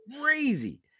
crazy